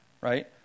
right